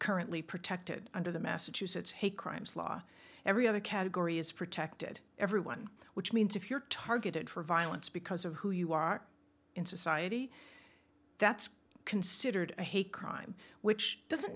currently protected under the massachusetts hate crimes law every other category is protected everyone which means if you're targeted for violence because of who you are in society that's considered a hate crime which doesn't